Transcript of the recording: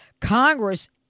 Congress